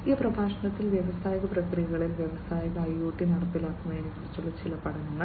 ഈ പ്രഭാഷണത്തിൽ വ്യാവസായിക പ്രക്രിയകളിൽ വ്യാവസായിക IoT നടപ്പിലാക്കുന്നതിനെക്കുറിച്ചുള്ള ചില പഠനങ്ങൾ